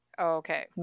Okay